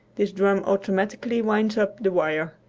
this drum automatically winds up the wire.